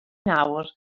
nawr